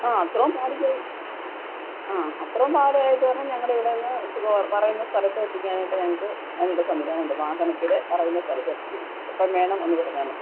ആ അത്രയും പാട് ചെയ് ആ അത്രയും പാടവായത് കാരണം ഞങ്ങൾക്ക് സുഖമാണ് പറയുന്ന സ്ഥലത്ത് എത്തിക്കാനായിട്ട് ഞങ്ങൾക്ക് അതിനുള്ള സംവിധാനമുണ്ട് വാഹനത്തിൽ പറയുന്ന സലത്ത് എത്തിച്ചിരിക്കും എപ്പം വേണം എന്നു പറഞ്ഞാൽ മതി